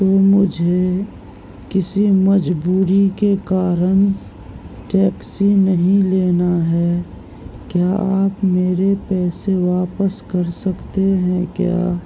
تو مجھے کسی مجبوری کے کارن ٹیکسی نہیں لینا ہے کیا آپ میرے پیسے واپس کر سکتے ہیں کیا